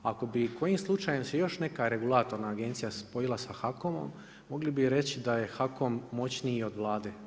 Ako bi kojim slučajem se još neka regulatorna agencija spojila sa HAKOM-om mogli bi reći da je HAKOM moćniji i od Vlade.